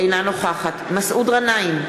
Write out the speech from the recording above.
אינה נוכחת מסעוד גנאים,